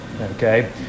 okay